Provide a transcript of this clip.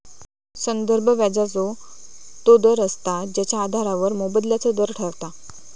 संदर्भ व्याजाचो तो दर असता जेच्या आधारावर मोबदल्याचो दर ठरता